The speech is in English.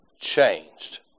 changed